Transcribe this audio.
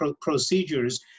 procedures